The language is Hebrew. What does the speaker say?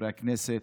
חברי הכנסת,